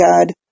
God